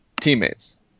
teammates